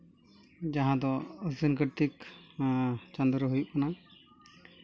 ᱡᱟᱦᱟᱸ ᱫᱚ ᱟᱥᱤᱱ ᱠᱟᱨᱛᱤᱠ ᱪᱟᱸᱫᱚ ᱨᱮ ᱦᱩᱩᱜ ᱠᱟᱱᱟ